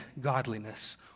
godliness